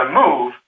move